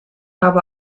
habe